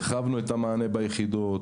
הרחבנו את המענה ביחידות,